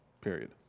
period